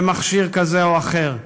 במכשיר כזה או אחר.